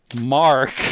Mark